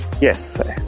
yes